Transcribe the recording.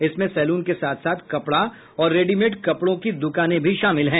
इसमें सैलून के साथ साथ कपड़ा और रेडिमेड कपड़ों की दुकान भी शामिल हैं